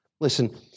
Listen